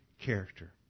character